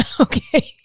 Okay